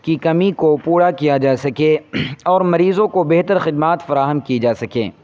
کی کمی کو پورا کیا جا سکے اور مریضوں کو بہتر خدمات فراہم کی جا سکیں